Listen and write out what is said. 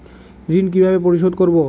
ঋণ কিভাবে পরিশোধ করব?